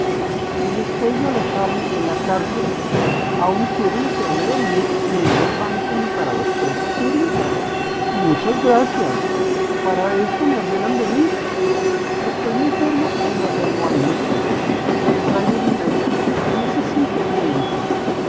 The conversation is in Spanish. y después de alojarme en la cárcel aún quieren hacerme dormir en un desván que ni para los presos sirve muchas gracias para esto me ordenan venir estoy enfermo y no duermo ahí qué me traigan un médico necesito un médico